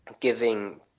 giving